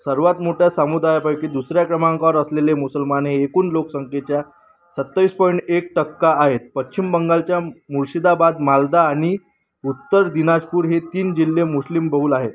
सर्वात मोठया समुदायापैकी दुसऱ्या क्रमांकावर असलेले मुसलमान हे एकूण लोकसंख्येच्या सतावीस पॉइंट एक टक्का आहेत पश्चिम बंगालच्या मुर्शिदाबाद मालदा आणि उत्तर दिनाजपूर हे तीन जिल्हे मुस्लिमबहुल आहेत